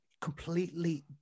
completely